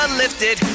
lifted